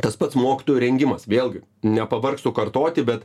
tas pats mokytojų rengimas vėlgi nepavargstu kartoti bet